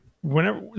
whenever